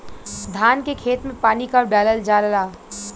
धान के खेत मे पानी कब डालल जा ला?